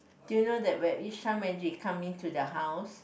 do you know that when each time she come in to the house